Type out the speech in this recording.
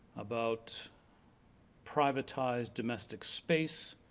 about privatized domestic space,